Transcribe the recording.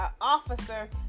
officer